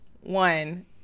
one